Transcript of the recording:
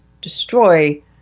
destroy